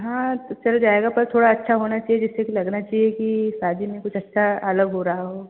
हाँ तो चल जाएगा पर थोड़ा अच्छा होना चाहिए जिससे कि लगना चाहिए कि शादी में कुछ अच्छा अलग हो रहा हो